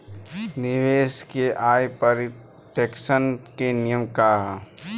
निवेश के आय पर टेक्सेशन के नियम का ह?